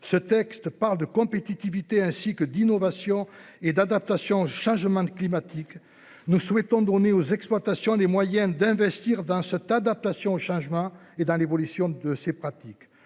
ce texte parle de compétitivité ainsi que d'innovation et d'adaptation au changement climatique. Nous souhaitons donner aux exploitations des moyens d'investir dans ce tas d'appellations changement et dans l'évolution de ces pratiques.